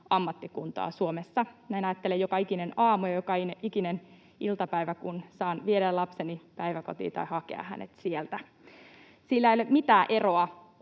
ammattikuntaa Suomessa. Näin ajattelen joka ikinen aamu ja joka ikinen iltapäivä, kun saan viedä lapseni päiväkotiin tai hakea hänet sieltä. Sillä ei ole mitään eroa,